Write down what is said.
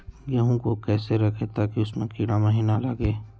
गेंहू को कैसे रखे ताकि उसमे कीड़ा महिना लगे?